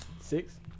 Six